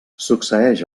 succeeix